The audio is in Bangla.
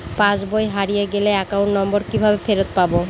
পাসবই হারিয়ে গেলে অ্যাকাউন্ট নম্বর কিভাবে ফেরত পাব?